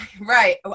right